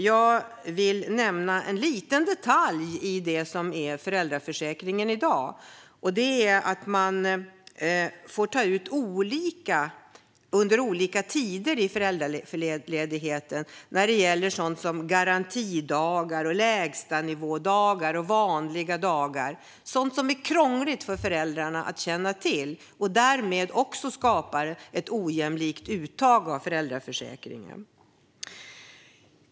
Jag vill nämna en liten detalj i föräldraförsäkringen i dag, nämligen att man får göra olika uttag under olika tider under föräldraledigheten av garantidagar, lägstanivådagar och vanliga dagar - sådant som är svårt för föräldrarna att känna till. Därmed skapas ett ojämlikt uttag från föräldraförsäkringen.